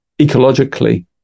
ecologically